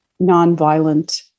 nonviolent